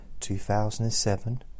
2007